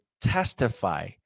testify